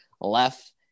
left